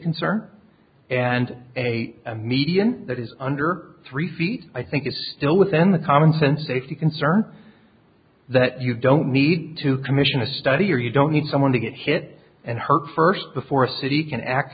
concern and a median that is under three feet i think it's still within the common sense safety concern that you don't need to commission a study or you don't need someone to get hit and hurt first before a city can act